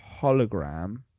hologram